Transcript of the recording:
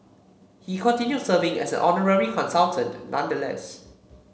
he continued serving as an honorary consultant nonetheless